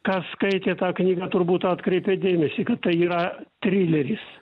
kas skaitė tą knygą turbūt atkreipė dėmesį kad tai yra trileris